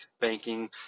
banking